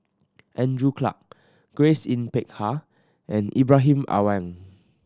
Andrew Clarke Grace Yin Peck Ha and Ibrahim Awang